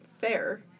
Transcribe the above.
fair